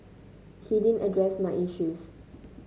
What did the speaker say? he didn't address my issues